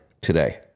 today